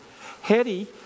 Hetty